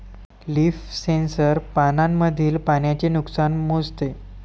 leaf sensor पानांमधील पाण्याचे नुकसान मोजते